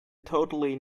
totally